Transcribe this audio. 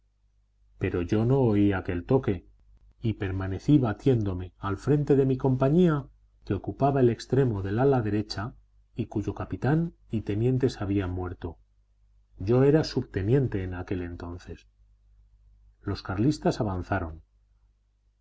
pero yo no oí aquel toque y permanecí batiéndome al frente de mi compañía que ocupaba el extremo del ala derecha y cuyo capitán y tenientes habían muerto yo era subteniente en aquel entonces los carlistas avanzaron